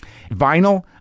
Vinyl